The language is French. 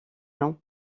nom